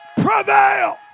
prevail